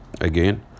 Again